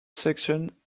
section